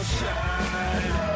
shine